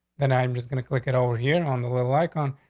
then i'm just gonna click it over here on the little like on.